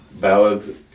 ballad